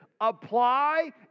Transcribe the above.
apply